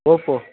Oppo